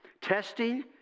Testing